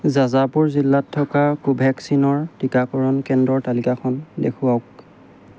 জাজাপুৰ জিলাত থকা কোভেক্সিনৰ টিকাকৰণ কেন্দ্ৰৰ তালিকাখন দেখুৱাওক